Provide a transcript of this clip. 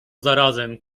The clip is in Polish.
zarazem